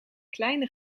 kleine